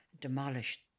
demolished